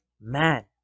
man